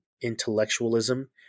intellectualism